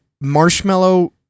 Marshmallow